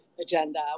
agenda